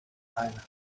time